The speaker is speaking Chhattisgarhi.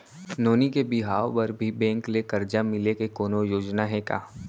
नोनी के बिहाव बर भी बैंक ले करजा मिले के कोनो योजना हे का?